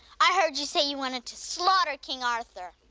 i heard you say you wanted to slaughter king arthur.